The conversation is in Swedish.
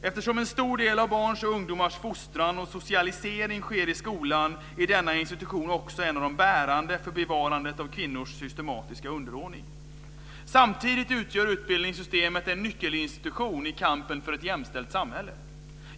Eftersom en stor del av barns och ungdomars fostran och socialisering sker i skolan är denna institution också en av de bärande för bevarandet av kvinnors systematiska underordning. Samtidigt utgör utbildningsväsendet en nyckelinstitution i kampen för ett jämställt samhälle.